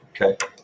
Okay